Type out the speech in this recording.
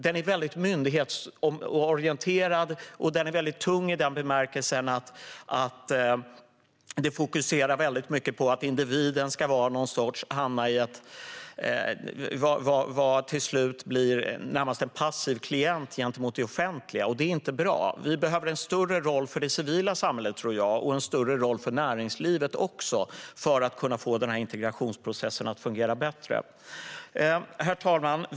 Den är synnerligen myndighetsorienterad, och den är mycket tung i den bemärkelsen att den fokuserar starkt på att individen närmast ska bli någon sorts passiv klient gentemot det offentliga. Det är inte bra. Vi behöver en större roll för det civila samhället, tror jag, och även en större roll för näringslivet för att kunna få integrationsprocessen att fungera bättre. Herr talman!